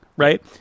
Right